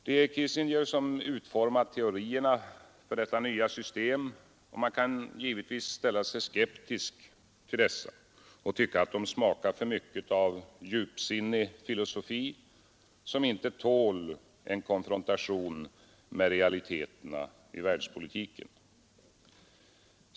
Det är Kissinger som utformat teorierna för detta nya system, och man kan givetvis ställa sig skeptisk till dessa och tycka att de smakar för mycket av djupsinnig filosofi, som inte tål en konfrontation med realiteterna i världspolitiken.